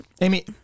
Amy